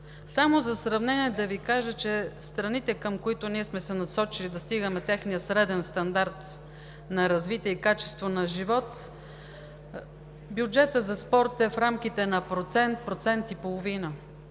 Само за сравнение ще Ви кажа, че в страните, към които ние сме се насочили да стигнем техния среден стандарт на развитие и качеството на живот, бюджетът за спорт е в рамките на процент, процент и половина.